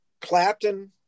Clapton